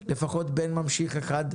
לפחות זה פותר בעיה לבן ממשיך אחד.